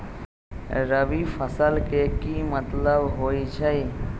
रबी फसल के की मतलब होई छई?